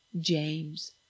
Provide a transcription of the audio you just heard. James